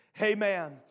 Amen